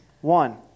One